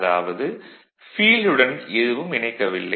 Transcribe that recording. அதாவது ஃபீல்டுடன் எதுவும் இணைக்கவில்லை